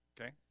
Okay